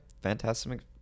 Fantastic